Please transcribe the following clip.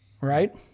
right